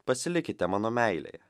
pasilikite mano meilėje